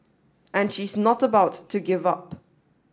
and she's not about to give up